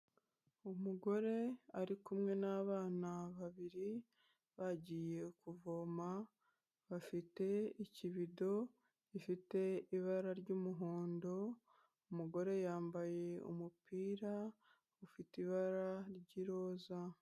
Umugore ari kumwe n'abana babiri, bagiye kuvoma, bafite ikibido gifite ibara ry'umuhondo, umugore yambaye umupira ufite ibara ry'iroza.